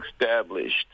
established